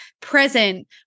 present